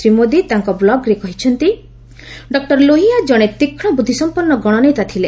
ଶ୍ରୀ ମୋଦି ତାଙ୍କର ବ୍ଲଗ୍ରେ କହିଛନ୍ତି ଡକୁର ଲୋହିଆ କଣେ ତୀକ୍ଷ୍ଣ ବୁଦ୍ଧିସମ୍ପନ୍ନ ଗଣନେତା ଥିଲେ